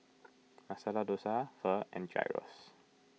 Masala Dosa Pho and Gyros